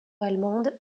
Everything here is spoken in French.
allemande